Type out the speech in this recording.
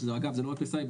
אגב זה לא רק לסייבר,